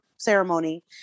ceremony